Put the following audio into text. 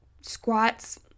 squats